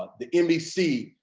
ah the nbc,